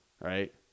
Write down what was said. right